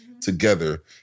together